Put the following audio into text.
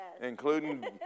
including